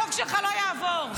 החוק שלך לא יעבור.